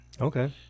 Okay